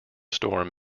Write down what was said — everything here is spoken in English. storm